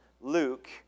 Luke